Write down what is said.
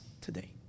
today